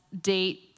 date